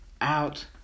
out